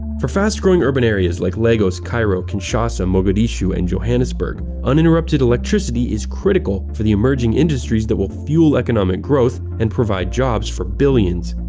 for fast-growing urban areas like lagos, cairo, kinshasa, mogadishu, and johannesburg uninterrupted electricity is critical for the emerging industries that will fuel economic growth and provide jobs for billions.